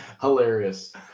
hilarious